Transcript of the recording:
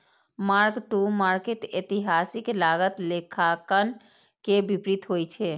mark to market एतिहासिक लागत लेखांकन के विपरीत होइ छै